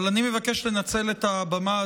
אבל אני מבקש לנצל את הבמה,